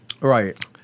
Right